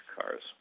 cars